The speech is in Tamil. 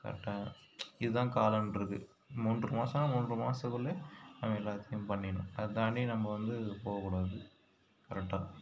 கரெக்டாக இதுதான் காலன்றது மூன்று மாசம்னா மூன்று மாதத்துக்குள்ளே நம்ம எல்லாத்தையும் பண்ணிடணும் அதை தாண்டி நம்ம வந்து போகக்கூடாது கரெக்டாக